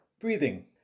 breathing